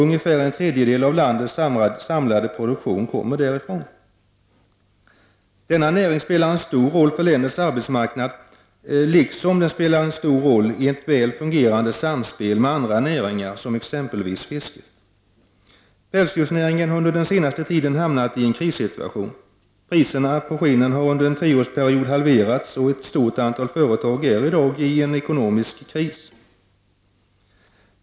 Ungefär en tredjedel av landets samlade produktion kommer därifrån. Denna näring spelar stor roll för länets arbetsmarknad liksom i ett väl fungerande samspel med andra näringar, som exempelvis fisket. Pälsdjursnäringen har under den senaste tiden hamnat i en krissituation. Priserna på skinnen har under en treårsperiod halverats, och ett stort antal företag befinner sig i dag i ekonomisk kris.